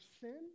sin